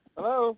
Hello